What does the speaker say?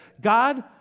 God